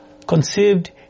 Conceived